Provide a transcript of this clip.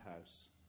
house